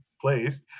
placed